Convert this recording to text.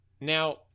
Now